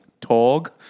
Tog